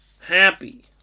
happy